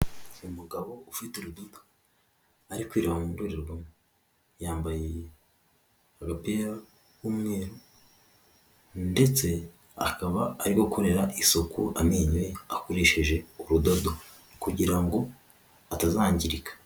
Umugabo ufite urudodo, ari kwireba mu ndorerwamo, yambaye agapira k'umweru ndetse akaba ari gukorera isuku amenyo, akoresheje urudodo kugira ngo atazangirika.